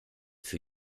für